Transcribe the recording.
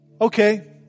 Okay